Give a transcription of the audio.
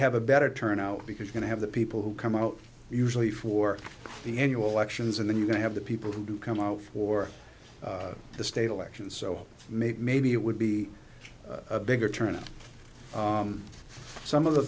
have a better turnout because going to have the people who come out usually for the annual elections and then you have the people who come out for the state elections so maybe maybe it would be a bigger turnout some of the